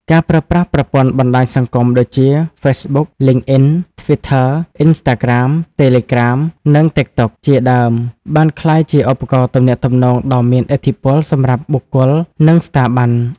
ការប្រើប្រាស់ប្រព័ន្ធបណ្តាញសង្គមដូចជា ហ្វេសបុក លីងអុីន ធ្វីធ័ អុីនស្តាក្រាម តេលេក្រាម និងតិកតុក ជាដើមបានក្លាយជាឧបករណ៍ទំនាក់ទំនងដ៏មានឥទ្ធិពលសម្រាប់បុគ្គល និងស្ថាប័ន។